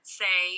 say